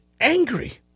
angry